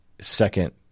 second